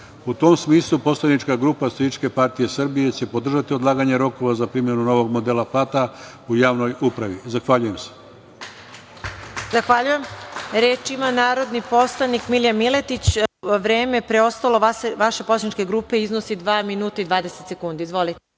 tom smislu, poslanička grupa Socijalističke partije Srbije će podržati odlaganje rokova za primenu novog modela plata u javnoj upravi. Zahvaljujem.